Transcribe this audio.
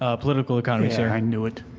ah political economy, sir. i knew it.